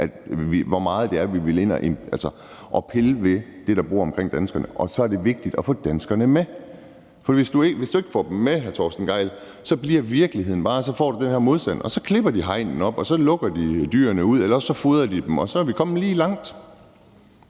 hvor meget vi vil ind og pille ved det, der er omkring danskerne. Og så er det vigtigt at få danskerne med, for hvis ikke du får dem med, hr. Torsten Gejl, så bliver virkeligheden bare, at du får den her modstand, og så klipper de hegnet op og lukker dyrene ud, eller også fodrer de dem, og så er vi lige langt.